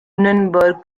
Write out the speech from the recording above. lunenburg